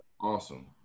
Awesome